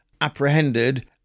apprehended